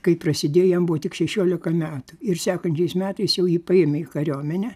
kai prasidėjo jam buvo tik šešiolika metų ir sekančiais metais jau jį paėmė į kariuomenę